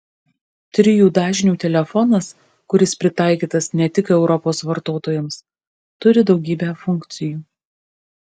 trijų dažnių telefonas kuris pritaikytas ne tik europos vartotojams turi daugybę funkcijų